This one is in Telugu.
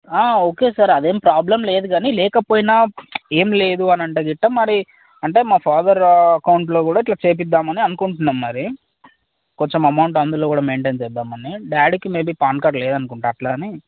ఓకే సార్ అది ఏమి ప్రాబ్లం లేదు కానీ లేకపోయిన ఏమి లేదు అనంటే గిట్ట మరి అంటే మా ఫాదర్ అకౌంట్లో కూడా ఇట్లా చేయించుద్దామని అనుకుంటున్నాం మరి కొంచెం అమౌంట్ అందులో కూడా మెయింటైన్ చేద్దాం అని డాడీకి మేబి పాన్ కార్డు లేదనుకుంటాను అలా అని